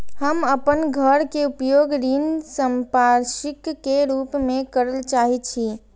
हम अपन घर के उपयोग ऋण संपार्श्विक के रूप में करल चाहि छी